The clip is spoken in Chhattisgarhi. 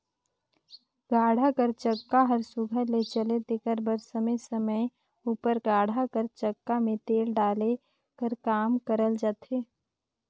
गाड़ा कर चक्का हर सुग्घर ले चले तेकर बर समे समे उपर गाड़ा कर चक्का मे तेल डाले कर काम करल जाथे